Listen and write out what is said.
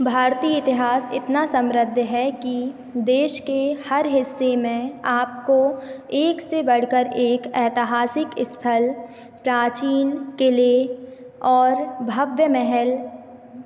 भारतीय इतिहास इतना समृद्ध है कि देश के हर हिस्से में आपको एक से बढ़कर एक ऐतिहासिक स्थल प्राचीन क़िले और भव्य महल